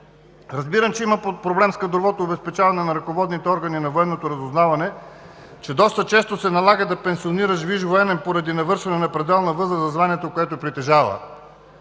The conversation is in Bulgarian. Разбирам, че има проблем с кадровото обезпечаване на ръководните органи на военното разузнаване, че доста често се налага да пенсионираш висш военен поради навършване на пределна възраст за званието, което притежава.